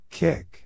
kick